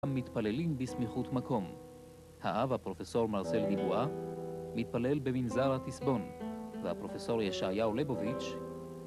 מתפללים בסמיכות מקום. האב הפרופסור מרסל דיבואה מתפלל במנזר התסבון והפרופסור ישעיהו לבוביץ'